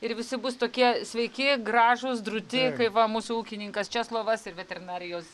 ir visi bus tokie sveiki gražūs drūti kaip va mūsų ūkininkas česlovas ir veterinarijos